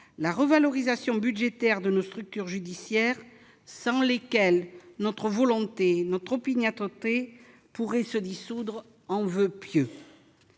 la revalorisation budgétaire de nos structures judiciaires, sans lesquelles notre opiniâtreté pourrait se dissoudre en voeux pieux.